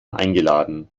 eingeladen